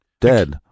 dead